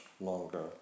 longer